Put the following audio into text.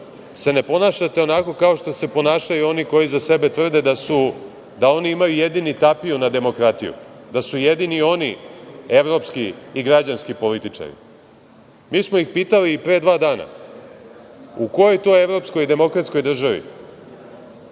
se ne ponašate onako kao što se ponašaju oni koji za sebe tvrde da oni imaju jedini tapiju na demokratiju, da su jedini oni evropski i građanski političari. Mi smo ih pitali i pre dva dana u kojoj to evropskoj demokratskoj državi